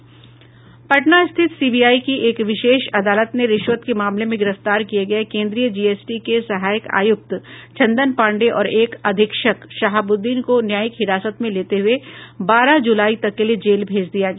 पटना स्थित सीबीआई की एक विशेष अदालत ने रिश्वत के मामले में गिरफ्तार किये गये केन्द्रीय जीएसटी के सहायक आयुक्त चंदन पांडेय और एक अधीक्षक शहाबुद्दीन को न्यायिक हिरासत में लेते हुए बारह जुलाई तक के लिए जेल भेज दिया गया